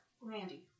Randy